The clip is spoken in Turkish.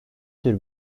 tür